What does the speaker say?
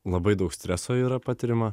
labai daug streso yra patiriama